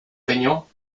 régnant